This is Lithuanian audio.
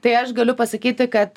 tai aš galiu pasakyti kad